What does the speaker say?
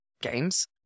games